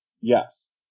Yes